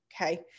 Okay